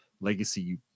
legacy